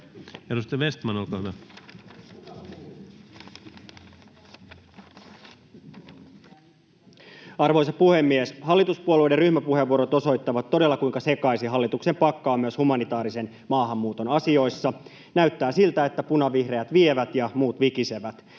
Edustaja Vestman, olkaa hyvä. Arvoisa puhemies! Hallituspuolueiden ryhmäpuheenvuorot osoittavat todella, kuinka sekaisin hallituksen pakka on myös humanitaarisen maahanmuuton asioissa. Näyttää siltä, että punavihreät vievät ja muut vikisevät.